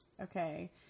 Okay